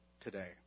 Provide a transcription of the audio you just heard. today